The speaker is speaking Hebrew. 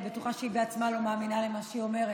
ואני בטוחה שהיא בעצמה לא מאמינה למה שהיא אומרת.